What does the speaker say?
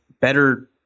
better